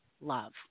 love